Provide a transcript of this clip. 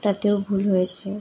তাতেও ভুল হয়েছে